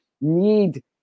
need